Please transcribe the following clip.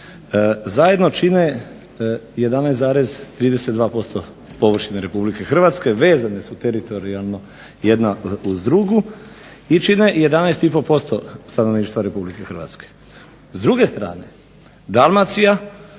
zajedno čine 11,32% površine Republika Hrvatske, vezano su teritorijalno jedna uz drugu i čine 11,5% stanovništva Republike Hrvatske.